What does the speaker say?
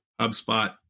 HubSpot